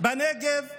בנגב ובגליל.